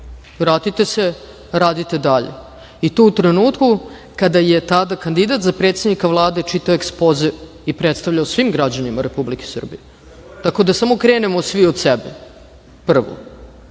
vratite se, radite dalje i to u trenutku kada je tada kandidat za predsednika Vlade čitao ekspoze i predstavljao svim građanima Republike Srbije. Dakle, samo da krenemo svi od sebe, prvo. Još